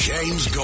James